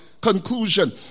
conclusion